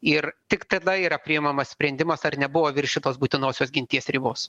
ir tik tada yra priimamas sprendimas ar nebuvo viršytos būtinosios ginties ribos